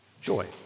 joy